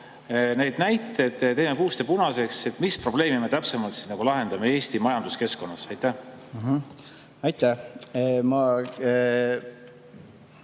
need näited! Teeme puust ja punaseks, mis probleemi me täpsemalt nagu lahendame Eesti majanduskeskkonnas. Aitäh istungi